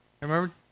Remember